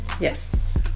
Yes